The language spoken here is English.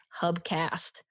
hubcast